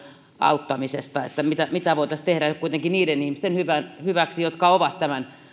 auttamisesta että mitä kuitenkin voitaisiin tehdä niiden ihmisten hyväksi jotka ovat